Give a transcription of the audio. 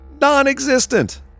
Non-existent